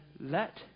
let